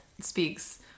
speaks